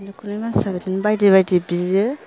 नखरनि मानसिया बिदिनो बायदि बायदि बियो